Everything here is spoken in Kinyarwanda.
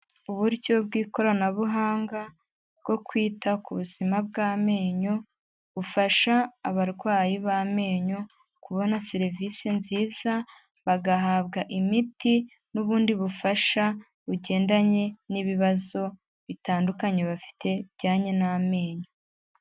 Uburyo bw'ikoranabuhanga bwo kwita ku buzima bw'amenyo, bufasha abarwayi b'amenyo kubona serivisi nziza, bagahabwa imiti n'ubundi bufasha bugendanye n'ibibazo bitandukanye bafite bijyanye n'amenyo.